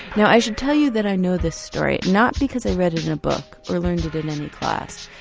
now i should tell you that i know this story not because i read it in a book or learned it in any class,